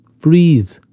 Breathe